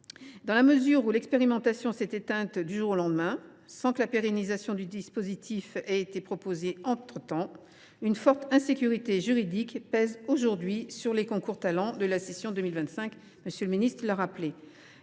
Dans la mesure où l’expérimentation s’est éteinte du jour au lendemain, sans qu’une pérennisation du dispositif ait été proposée, une forte insécurité juridique pèse sur les concours Talents de la session 2025, comme M. le ministre l’a rappelé.